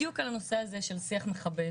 בדיוק על הנושא הזה של שיח מכבד,